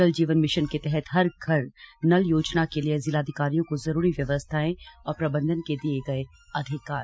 जल जीवन मिशन के तहत हर घर नल योजना के लिए जिलाधिकारियों को जरूरी व्यवस्थाएं और प्रबंधन के दिये गए अधिकार